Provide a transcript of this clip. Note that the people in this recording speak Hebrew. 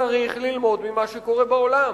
צריך ללמוד ממה שקורה בעולם.